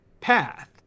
path